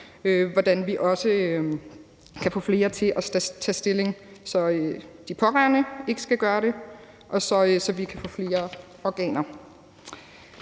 hvordan vi også kan få flere til at tage stilling, så de pårørende ikke skal gøre det, og så vi kan få flere organer.